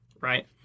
right